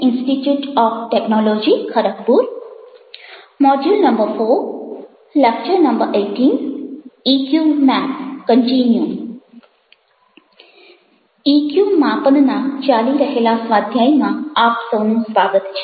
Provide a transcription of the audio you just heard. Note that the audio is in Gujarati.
ઇક્યુ માપનના ચાલી રહેલા સ્વાધ્યાયમાં આપ સૌનું સ્વાગત છે